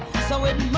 so, it